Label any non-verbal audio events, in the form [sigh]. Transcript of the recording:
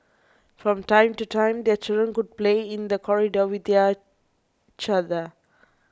from time to time their children would play in the corridor with [hesitation] each other